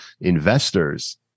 investors